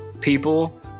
people